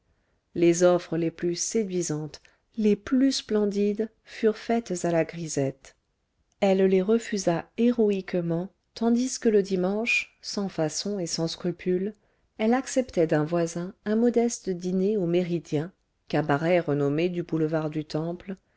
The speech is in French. les offres les plus séduisantes les plus splendides furent faites à la grisette elle les refusa héroïquement tandis que le dimanche sans façon et sans scrupule elle acceptait d'un voisin un modeste dîner au méridien cabaret renommé du boulevard du temple